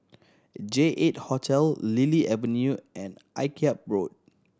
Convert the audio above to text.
J Eight Hotel Lily Avenue and Akyab Road